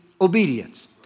obedience